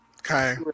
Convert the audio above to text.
Okay